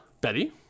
Betty